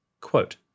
Quote